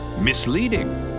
misleading